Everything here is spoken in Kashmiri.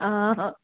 آ